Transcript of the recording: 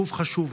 גוף חשוב.